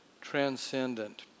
transcendent